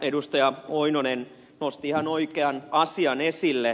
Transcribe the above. lauri oinonen nosti ihan oikean asian esille